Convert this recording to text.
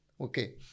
okay